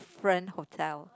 different hotel